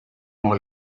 oil